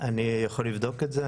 אני יכול לבדוק את זה.